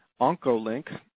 Oncolink